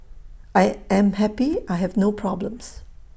I am happy I have no problems